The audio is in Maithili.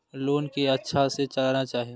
लोन के अच्छा से चलाना चाहि?